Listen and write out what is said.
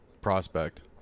prospect